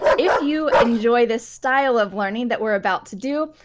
if you enjoy this style of learning that we're about to do,